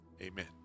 amen